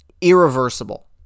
irreversible